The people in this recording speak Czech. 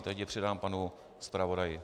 Teď je předám panu zpravodaji.